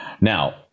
Now